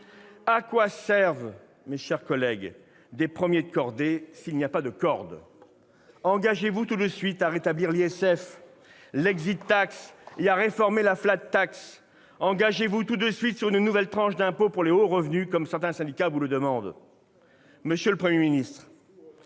À quoi servent, mes chers collègues, des premiers de cordée, s'il n'y a pas de corde ? Engagez-vous tout de suite à rétablir l'ISF, l', et à réformer la. Au secours, Hollande revient ! Engagez-vous tout de suite sur la création d'une nouvelle tranche d'imposition pour les hauts revenus, comme certains syndicats le demandent ! Monsieur le Premier ministre,